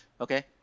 okay